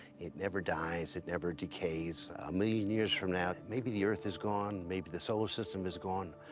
it never dies. it never decays. a million years from now, maybe the earth is gone, maybe the solar system is gone,